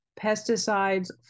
Pesticides